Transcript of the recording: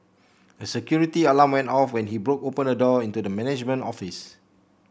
a security alarm went off when he broke open a door into the management office